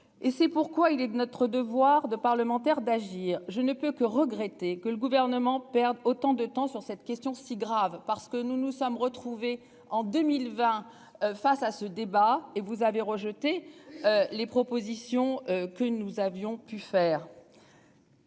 Et c'est pourquoi il est de notre devoir de parlementaires d'agir. Je ne peux que regretter que le gouvernement perdre autant de temps sur cette question si grave parce que nous nous sommes retrouvés en 2020 face à ce débat et vous avez rejeté. Les propositions que nous avions pu faire.